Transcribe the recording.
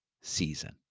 season